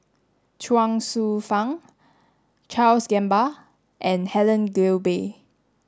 Chuang Hsueh Fang Charles Gamba and Helen Gilbey